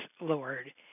Lord